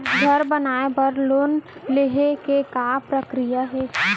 घर बनाये बर लोन लेहे के का प्रक्रिया हे?